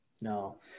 no